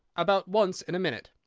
about once in a minute.